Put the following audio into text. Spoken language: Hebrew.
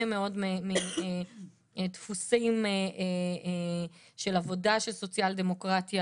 מאוד מדפוסים של עבודה של סוציאל-דמוקרטיה.